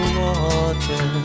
water